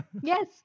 Yes